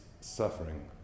suffering